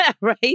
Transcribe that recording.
Right